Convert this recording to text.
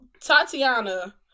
Tatiana